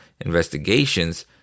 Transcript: investigations